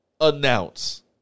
announce